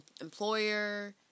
employer